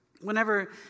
whenever